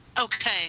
Okay